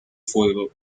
fuego